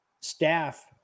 staff